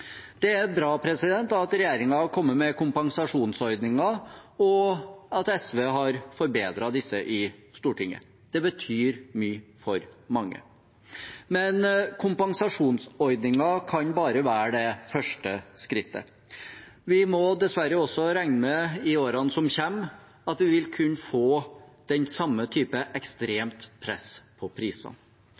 Det er bra at regjeringen har kommet med kompensasjonsordninger, og at SV har forbedret disse i Stortinget. Det betyr mye for mange, men kompensasjonsordninger kan bare være det første skrittet. Også i årene som kommer, må vi dessverre regne med at vi vil kunne få den samme typen ekstremt press på prisene.